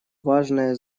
важное